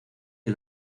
que